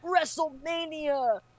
WrestleMania